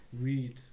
read